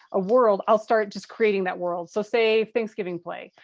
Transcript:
a world i'll start just creating that world. so say thanksgiving play.